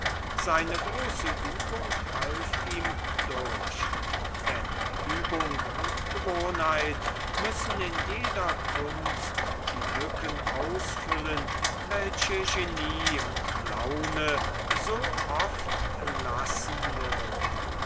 seine große übung half ihm durch denn übung und gewohnheit müssen in jeder kunst die lücken ausfüllen welche genie und laune so oft lassen würden